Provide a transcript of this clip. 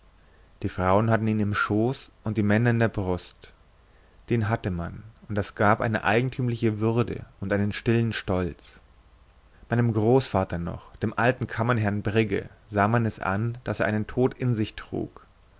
die frauen hatten ihn im schooß und die männer in der brust den hatte man und das gab einem eine eigentümliche würde und einen stillen stolz meinem großvater noch dem alten kammerherrn brigge sah man es an daß er einen tod in sich trug